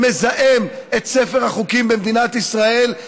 שמזהם את ספר החוקים במדינת ישראל,